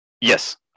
yes